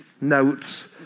notes